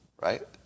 right